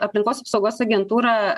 aplinkos apsaugos agentūra